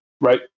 right